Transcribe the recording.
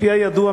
על-פי הידוע,